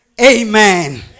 Amen